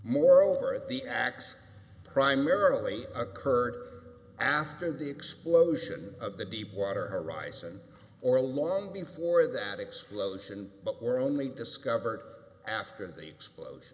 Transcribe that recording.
moreover the acts primarily occurred after the explosion of the deepwater horizon or long before that explosion but were only discovered after the explosion